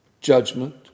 judgment